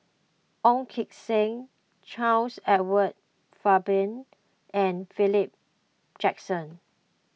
Ong Keng Sen Charles Edward Faber and Philip Jackson